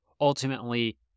ultimately